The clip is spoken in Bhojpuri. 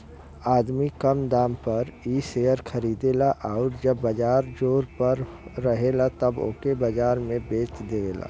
आदमी कम दाम पर इ शेअर खरीदेला आउर जब बाजार जोर पर रहेला तब ओके बाजार में बेच देवेला